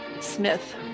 Smith